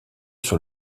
sur